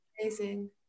amazing